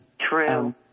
true